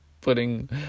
putting